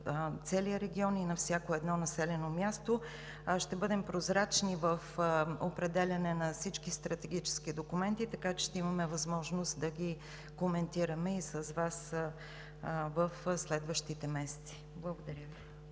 целия регион и на всяко едно населено място. Ще бъдем прозрачни в определянето на всички стратегически документи, така че ще имаме възможност да ги коментираме с Вас в следващите месеци. Благодаря.